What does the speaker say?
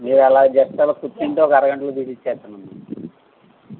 మీరు అలాగ జస్ట్ అలా కూర్చుంటే ఒక అరగంటలో తీసిచ్చేస్తానమ్మ